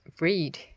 read